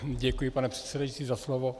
Děkuji, pane předsedající, za slovo.